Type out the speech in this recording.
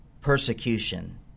Persecution